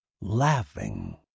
laughing